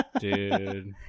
Dude